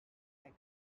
sex